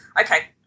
okay